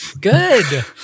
Good